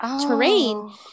terrain